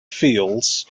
fields